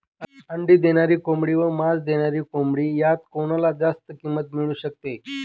अंडी देणारी कोंबडी व मांस देणारी कोंबडी यात कोणाला जास्त किंमत मिळू शकते?